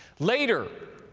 later,